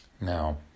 Now